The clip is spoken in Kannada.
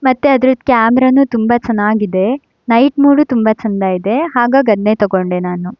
ಮತ್ತು ಅದರದು ಕ್ಯಾಮ್ರಾನು ತುಂಬ ಚೆನ್ನಾಗಿದೆ ನೈಟ್ ಮೋಡು ತುಂಬ ಚೆಂದ ಇದೆ ಹಾಗಾಗಿ ಅದನ್ನೇ ತಗೊಂಡೆ ನಾನು